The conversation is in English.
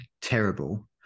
terrible